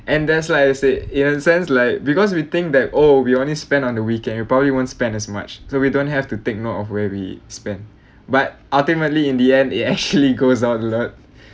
and that's like I said in a sense like because we think that oh we only spend on the weekend we probably won't spend as much so we don't have to take note of where we spent but ultimately in the end it actually goes out a lot